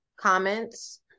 comments